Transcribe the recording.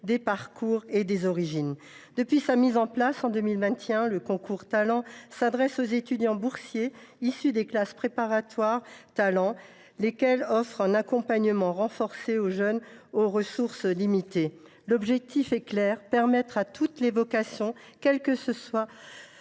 des parcours et des origines. Depuis leur mise en place en 2021, ces concours s’adressent aux étudiants boursiers issus des classes préparatoires Talents, lesquelles offrent un accompagnement renforcé aux jeunes aux ressources limitées. L’objectif est clair : permettre à chacun, quelle que soit